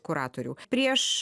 kuratorių prieš